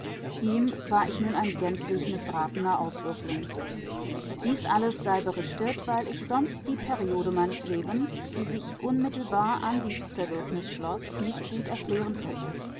ihm war ich nun ein gänzlich mißratener auswürfling dies alles sei berichtet weil ich sonst die periode meines lebens die sich unmittelbar an dies zerwürfnis schloß nicht gut erklären könnte